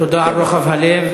תודה על רוחב הלב.